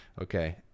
Okay